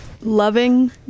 Loving